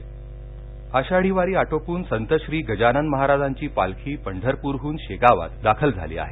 पालखी आषाढी वारी आटोपून संत श्री संत गजानन महाराजांची पालखी पंढरपुरहुन शेगावात दाखल झाली आहे